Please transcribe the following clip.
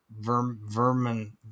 vermin